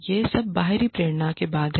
यह सब बाहरी प्रेरणा के बाद है